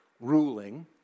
ruling